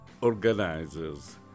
organizers